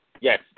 Yes